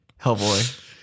Hellboy